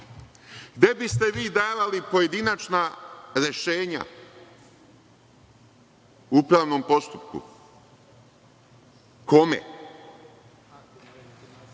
Gde biste vi davali pojedinačna rešenja upravnom postupku, kome?